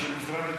של משרד התקשורת.